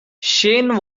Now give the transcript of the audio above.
shane